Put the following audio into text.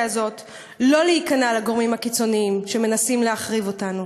הזאת לא להיכנע לגורמים הקיצוניים שמנסים להחריב אותנו.